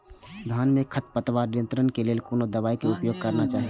धान में खरपतवार नियंत्रण के लेल कोनो दवाई के उपयोग करना चाही?